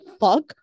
fuck